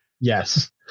Yes